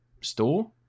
store